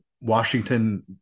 Washington